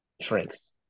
Shrinks